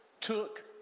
took